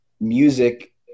music